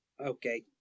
okay